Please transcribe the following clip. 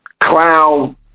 clown